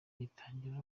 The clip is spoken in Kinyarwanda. bitangira